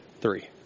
three